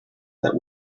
that